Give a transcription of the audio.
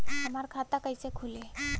हमार खाता कईसे खुली?